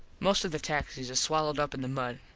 most of the taxis is swalowed up in the mud.